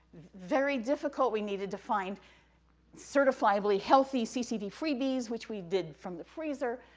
very difficult, we needed to find cert fiably healthy ccd freebies, which we did from the freezer,